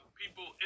people